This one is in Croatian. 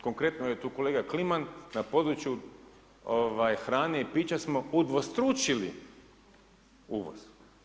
Konkretno jer je tu kolega Kliman, na području hrane i pića smo udvostručili uvoz.